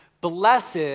Blessed